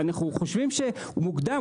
ואנחנו חושבים שעוד מוקדם,